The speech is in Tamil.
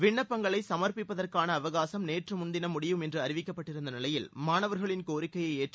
விண்ணப்பங்களை சமர்ப்பிப்பதற்கான அவகாசம் நேற்று முன்தினம் முடவடையும் என்று அறிவிக்கப்பட்டிருந்த நிலையில் மாணவர்களின் கோரிக்கையை ஏற்று